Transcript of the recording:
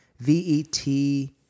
V-E-T